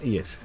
Yes